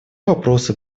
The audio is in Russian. вопросы